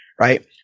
right